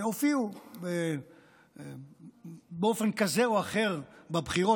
הופיעה באופן כזה או אחר בבחירות,